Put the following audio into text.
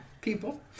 People